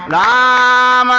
aa um um